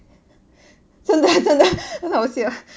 真的真的很好笑